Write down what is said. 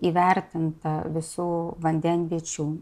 įvertinta visų vandenviečių